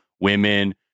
women